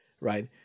Right